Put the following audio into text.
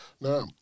Now